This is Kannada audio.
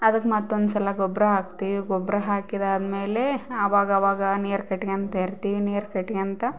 ಅದಕ್ಕೆ ಮತ್ತೊಂದು ಸಲ ಗೊಬ್ಬರ ಹಾಕ್ತೀವಿ ಗೊಬ್ಬರ ಹಾಕಿದಾದ್ಮೇಲೆ ಅವಾಗವಾಗ ನೀರು ಕಟ್ಕ್ಯಳ್ತಾ ಇರ್ತೀವಿ ನೀರು ಕಟ್ಕ್ಯಳ್ತಾ